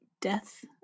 death